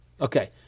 Okay